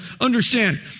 understand